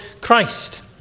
Christ